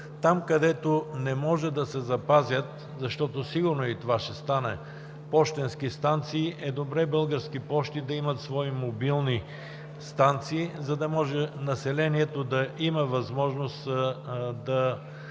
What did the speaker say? Там, където не може да се запазят пощенски станции, защото сигурно и това ще стане, е добре Български пощи да имат свои мобилни станции, за да може населението да има възможност да